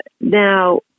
Now